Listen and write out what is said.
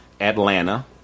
atlanta